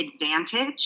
advantage